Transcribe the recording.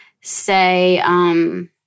say